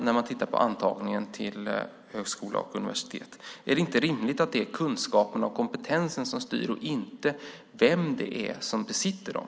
Det handlar om antagningen till högskola och universitet. Är det inte rimligt att det är kunskaperna och kompetensen som styr och inte vem det är som besitter dem?